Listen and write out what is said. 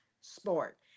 sport